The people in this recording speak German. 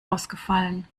ausgefallen